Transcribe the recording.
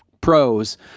pros